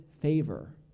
favor